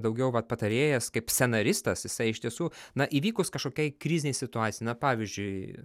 daugiau va patarėjas kaip scenaristas jisai iš tiesų na įvykus kažkokiai krizinei situacijai na pavyzdžiui